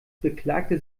beklagte